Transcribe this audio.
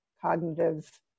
cognitive